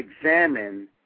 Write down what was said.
examine